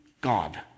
God